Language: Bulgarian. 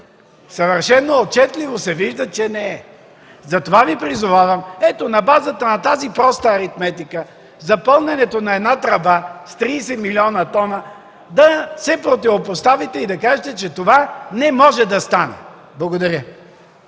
Съвършено отчетливо се вижда, че не е. Затова Ви призовавам, на базата на тази проста аритметика за пълненето на една тръба с 30 млн.тона, да се противопоставите и да кажете, че това не може да стане. Благодаря.